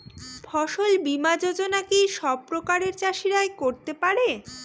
ফসল বীমা যোজনা কি সব প্রকারের চাষীরাই করতে পরে?